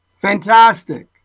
Fantastic